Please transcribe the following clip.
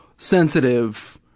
Sensitive